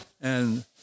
and-